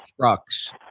trucks